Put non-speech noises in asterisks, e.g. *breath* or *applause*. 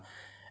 *breath*